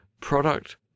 product